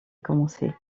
commencé